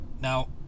Now